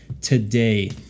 today